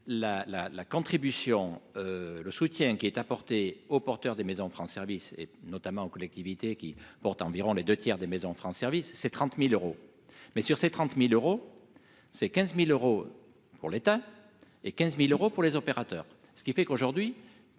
la contribution le soutien qui est apporté aux porteurs des maisons France service et notamment aux collectivités qui porte environ les 2 tiers des maisons France service c'est 30000 euros mais sur ces trente mille euros c'est 15000 euros pour l'État et 15000 euros pour les opérateurs, ce qui fait qu'aujourd'hui